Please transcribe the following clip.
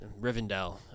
Rivendell